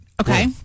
okay